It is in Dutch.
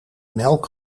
melk